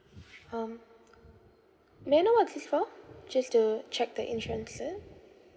um may I know what's this for just to check the insurance is it